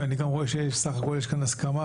אני גם רואה שסך הכול יש כאן הסכמה.